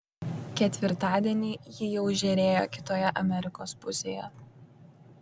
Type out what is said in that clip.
ketvirtadienį ji jau žėrėjo kitoje amerikos pusėje